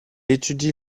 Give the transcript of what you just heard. étudie